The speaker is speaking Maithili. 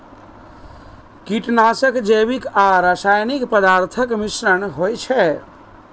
कीटनाशक जैविक आ रासायनिक पदार्थक मिश्रण होइ छै